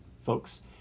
folks